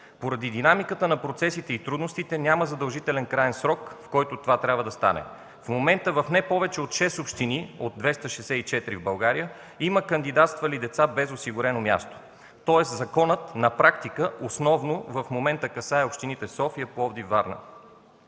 Поради динамиката на процесите и трудностите няма задължителен краен срок, в който това трябва да стане. В момента в не повече от 6 общини, от 264 в Българя, има кандидатствали деца без осигурено място. Тоест, законът на практика основно в момента касае общините София, Пловдив и Варна.